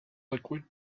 liquid